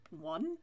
one